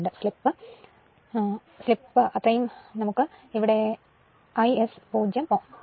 slip ഇവിടെ 0